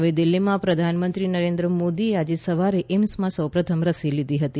નવી દિલ્હીમાં પ્રધાનમંત્રી નરેન્દ્ર મોદીએ આજે સવારે એઇમ્સમાં સૌપ્રથમ રસી લીધી હરતી